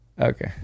Okay